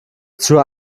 zur